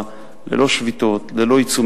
הגבוהה, ללא שביתות, ללא עיצומים.